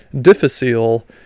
difficile